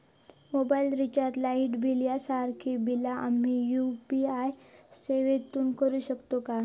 Mobile recharge, light bill यांसारखी बिला आम्ही यू.पी.आय सेवेतून करू शकतू काय?